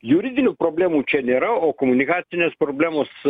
juridinių problemų čia nėra o komunikacinės problemos